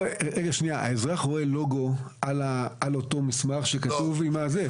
האזרח רואה לוגו על אותו מסמך שכתוב עם העירייה.